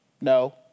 No